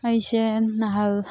ꯑꯩꯁꯦ ꯅꯍꯥꯜ